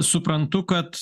suprantu kad